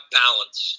balance